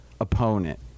opponent